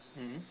mm